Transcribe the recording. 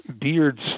Beard's